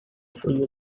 free